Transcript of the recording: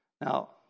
Now